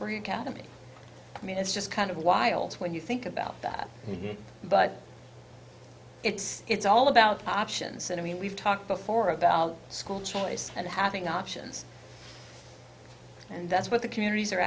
cademy i mean it's just kind of wild when you think about that but it's it's all about options and i mean we've talked before about school choice and having options and that's what the communities are